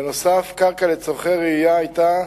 בנוסף, קרקע לצורכי רעייה היתה,